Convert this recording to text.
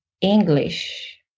English